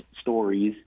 stories